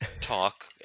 talk